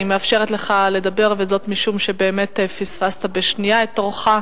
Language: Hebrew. אני מאפשרת לך לדבר משום שבאמת פספסת בשנייה את תורך.